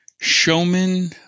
showman